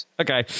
Okay